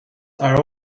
are